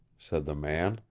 said the man.